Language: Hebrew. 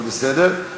אבל בסדר,